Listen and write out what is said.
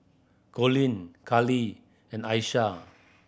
Colleen Kali and Asha